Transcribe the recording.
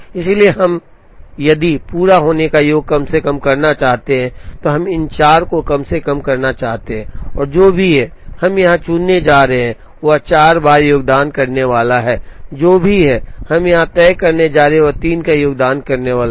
इसलिए यदि हम पूरा होने का योग कम से कम करना चाहते हैं तो हम इन 4 को कम से कम करना चाहते हैं और जो भी हम यहाँ चुनने जा रहे हैं वह 4 बार योगदान करने वाला है जो भी हम यहाँ तय करने जा रहे हैं वह 3 योगदान करने वाला है